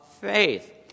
faith